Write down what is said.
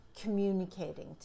communicating